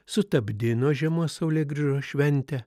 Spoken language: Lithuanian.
sutapdino žiemos saulėgrįžos šventę